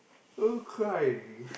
I want to cry already